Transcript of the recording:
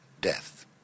death